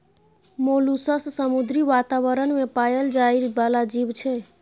molluscs समुद्री बातावरण मे पाएल जाइ बला जीब छै